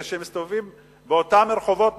כי הם מסתובבים באותם רחובות,